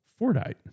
Fordite